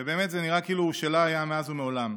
ובאמת זה נראה כאילו הוא שלה היה מאז ומעולם,